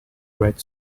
red